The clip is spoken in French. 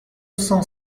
cent